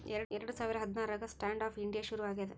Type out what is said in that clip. ಎರಡ ಸಾವಿರ ಹದ್ನಾರಾಗ ಸ್ಟ್ಯಾಂಡ್ ಆಪ್ ಇಂಡಿಯಾ ಶುರು ಆಗ್ಯಾದ